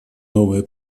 новые